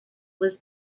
was